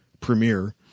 premiere